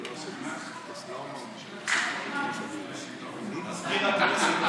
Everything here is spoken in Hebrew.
אנחנו מנדבים מיטות, למה?